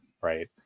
right